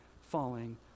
falling